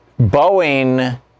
Boeing